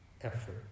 effort